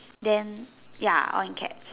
then ya all in caps